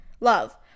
love